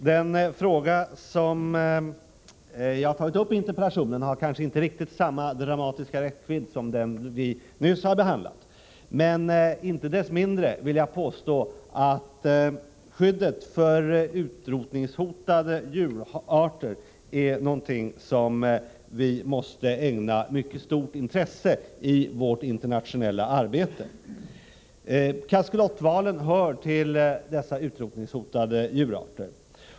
Den fråga jag har tagit upp i interpellationen har kanske inte riktigt samma dramatiska räckvidd som den vi nyss har behandlat, men inte dess mindre vill jag påstå att skyddet för utrotningshotade djurarter är någonting som vi måste ägna mycket stort intresse i vårt internationella arbete. Kaskelotvalen hör till dessa utrotningshotade djurarter.